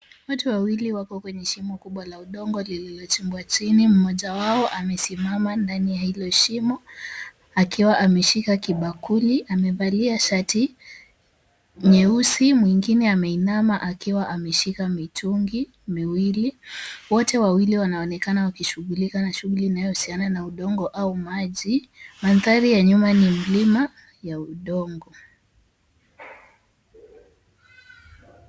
Watu wawili wako kwenye shimo kubwa la udongo lililochimbwa chini. Mmoja wao amesimama ndani ya hilo shimo akiwa ameshika kibakuli, amevalia shati nyeusi, mwingine ameinama akiwa ameshika mitungi miwili, wote wawili wanashughulikia na shughuli inayohusiana na udongo au maji. Mandhari ya nyuma ni milima ya udongo.